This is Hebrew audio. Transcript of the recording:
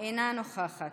אינה נוכחת.